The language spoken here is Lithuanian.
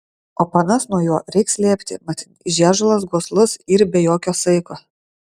o panas nuo jo reik slėpti mat žiežulas goslus yr be jokio saiko